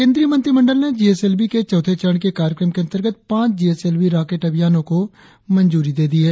केंद्रीय मंत्रिमंडल ने जीएसएलवी के चौथे चरण के कार्यक्रम के अंतर्गत पांच जीएसएलवी रॉकेट अभियानों को मंजूरी दे दी है